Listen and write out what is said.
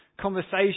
conversation